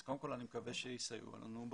אני מקווה שיסייעו לנו.